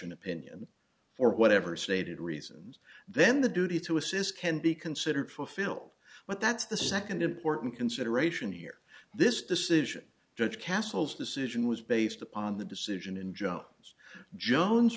an opinion for whatever stated reasons then the duty to assist can be considered fulfilled but that's the second important consideration here this decision judge castle's decision was based upon the decision and jones jones